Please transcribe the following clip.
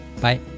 bye